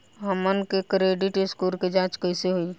हमन के credit score के जांच कैसे होइ?